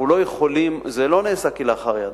אנחנו לא יכולים, זה לא נעשה כלאחר יד.